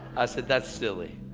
i said, that's silly.